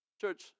Church